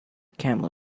camel